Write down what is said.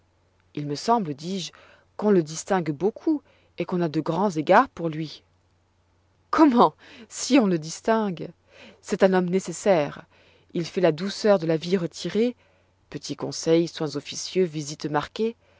il me semble dis-je pour lors qu'on le distingue beaucoup et qu'on a de grands égards pour lui comment si on le distingue c'est un homme nécessaire il fait la douceur de la vie retirée petits conseils soins officieux visites marquées